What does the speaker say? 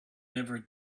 never